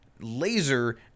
laser